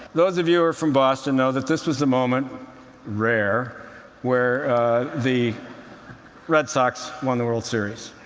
those of you who are from boston know that this was the moment rare where the red sox won the world series.